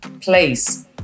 place